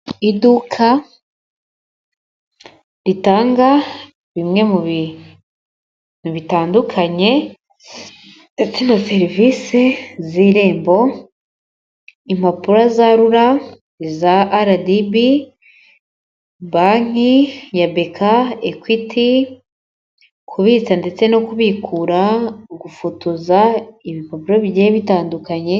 Iduka ritanga bimwe mu bintu bitandukanye ndetse na serivisi z' irembo, impapuro za RURA, iza RDB, banki ya BK, Equity, kubitsa ndetse no kubikura, gufotoza ibipapuro bigiye bitandukanye...